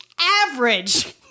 average